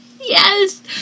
Yes